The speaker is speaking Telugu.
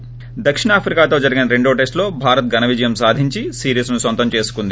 ి దక్షిణాఫ్రికాతో జరిగిన రెండో టెస్టులో భారత్ ఘనవిజయం సాధించి సిరీస్ను సొంతం చేసుకుంది